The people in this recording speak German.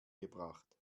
gebracht